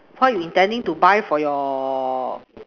what you intending to buy for your